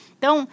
Então